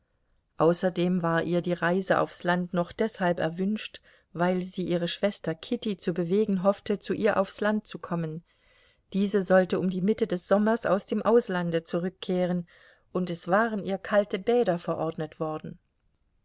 außerdem war ihr die reise aufs land noch deshalb erwünscht weil sie ihre schwester kitty zu bewegen hoffte zu ihr aufs land zu kommen diese sollte um die mitte des sommers aus dem auslande zurückkehren und es waren ihr kalte bäder verordnet worden